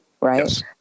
Right